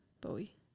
bowie